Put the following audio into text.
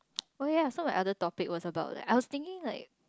oh yeah so my other topic was about like I was thinking like